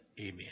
Amen